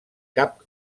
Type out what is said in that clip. cap